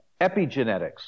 epigenetics